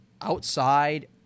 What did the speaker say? outside